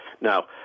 Now